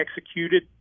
executed